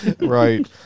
right